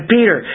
Peter